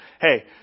hey